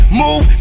move